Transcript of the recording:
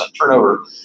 turnover